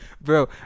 bro